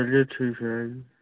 चलिए ठीक है आइए